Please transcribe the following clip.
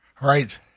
Right